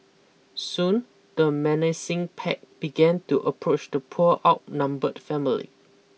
soon the menacing pack began to approach the poor outnumbered family